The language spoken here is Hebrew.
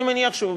אני מניח שהוא,